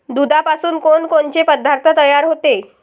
दुधापासून कोनकोनचे पदार्थ तयार होते?